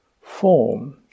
form